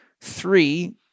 Three